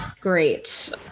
great